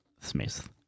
Smith